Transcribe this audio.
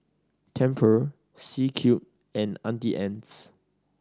Tempur C Cube and Auntie Anne's